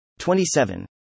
27